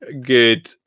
good